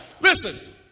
Listen